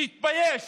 שיתבייש.